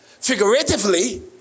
figuratively